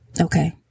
Okay